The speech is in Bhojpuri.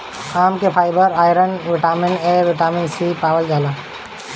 आम में fibre, iron, vitamin A, vitamin C पावल जाला